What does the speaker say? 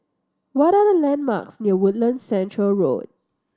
what are the landmarks near Woodlands Centre Road